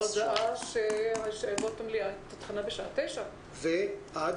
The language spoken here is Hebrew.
ההודעה שהמליאה מתחילה בשעה 09:00. ועד?